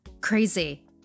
Crazy